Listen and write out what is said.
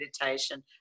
meditation